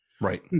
Right